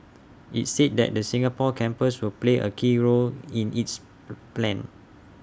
IT said that the Singapore campus will play A key role in its plan